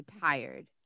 tired